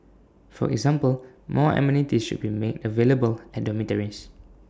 for example more amenities should be made available at dormitories